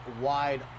wide